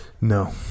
No